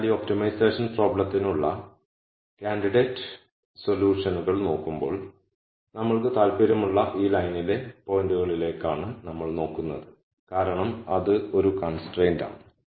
അതിനാൽ ഈ ഒപ്റ്റിമൈസേഷൻ പ്രോബ്ലത്തിനുള്ള കാൻഡിഡേറ്റ് സൊല്യൂഷനുകൾ നോക്കുമ്പോൾ നമ്മൾക്ക് താൽപ്പര്യമുള്ള ഈ ലൈനിലെ പോയിന്റുകളിലേക്കാണ് നമ്മൾ നോക്കുന്നത് കാരണം അത് ഒരു കൺസ്ട്രൈന്റാണ്